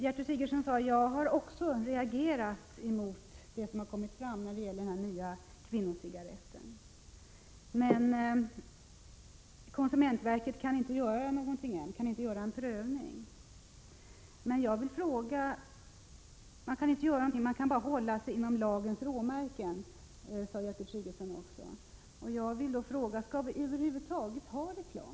Gertrud Sigurdsen sade att hon också har reagerat mot lanseringen av den nya kvinnocigaretten men att konsumentverket inte kan göra en prövning så länge som detta sker inom lagens råmärken. Jag vill då fråga: Skall reklam över huvud taget få förekomma?